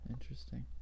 interesting